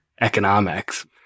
economics